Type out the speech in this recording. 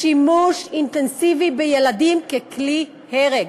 שימוש אינטנסיבי בילדים ככלי הרג.